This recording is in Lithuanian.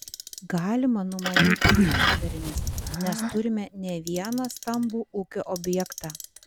galima numanyti jų padarinius nes turime ne vieną stambų ūkio objektą